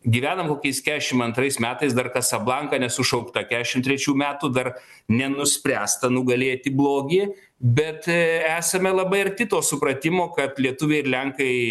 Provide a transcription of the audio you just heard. gyvenam kokiais kešim antrais metais dar kasablanka nesušaukta kešim trečių metų dar nenuspręsta nugalėti blogį bet esame labai arti to supratimo kad lietuviai ir lenkai